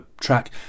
track